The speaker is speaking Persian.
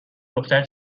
دختر